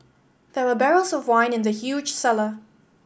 there were barrels of wine in the huge cellar